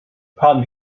pan